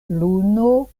luno